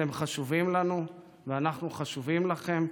אתם חשובים לנו, ואנחנו חשובים לכם.